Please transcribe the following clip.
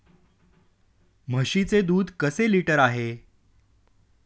म्हशीचे दूध कसे लिटर आहे?